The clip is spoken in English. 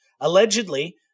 Allegedly